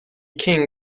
king